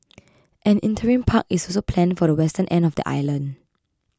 an interim park is also planned for the western end of the island